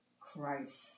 Christ